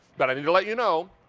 but i need to let you know,